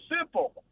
simple